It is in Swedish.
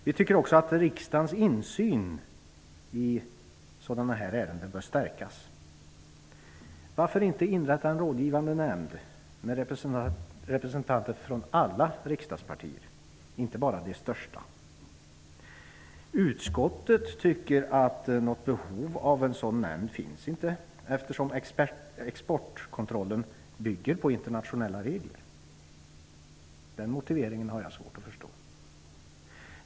Vi tycker också att riksdagens insyn i sådana här ärenden bör stärkas. Varför inte inrätta en rådgivande nämnd med representanter från alla riksdagspartier, inte bara de största. Utskottet tycker att något behov av en sådan nämnd inte finns, eftersom exportkontrollen bygger på internationella regler. Den motiveringen har jag svårt att förstå.